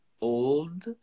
old